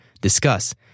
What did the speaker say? discuss